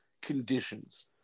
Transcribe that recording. conditions